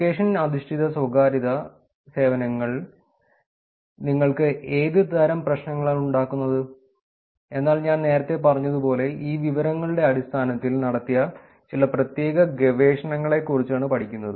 location അധിഷ്ഠിത സ്വകാര്യതാ സേവനങ്ങൾ നിങ്ങൾക്ക് ഏതുതരം പ്രശ്നങ്ങളാണ് ഉണ്ടാക്കുന്നത് എന്നാൽ ഞാൻ നേരത്തെ പറഞ്ഞതുപോലെ ഈ വിവരങ്ങളുടെ അടിസ്ഥാനത്തിൽ നടത്തിയ ചില പ്രത്യേക ഗവേഷണങ്ങളെ കുറിച്ചാണ് പഠിക്കുന്നത്